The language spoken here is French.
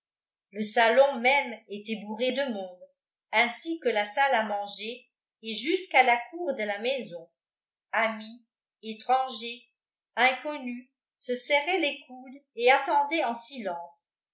le salon même était bourré de monde ainsi que la salle à manger et jusqu'à la cour de la maison amis étrangers inconnus se serraient les coudes et attendaient en silence